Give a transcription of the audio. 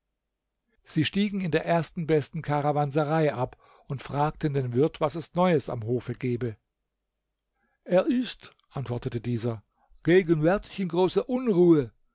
sie stiegen in dem ersten besten karawanserei ab und fragten den wirt was es neues am hof gebe er ist antwortete dieser gegenwärtig in großer unruhe